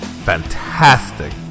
fantastic